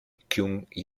kyung